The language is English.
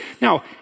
Now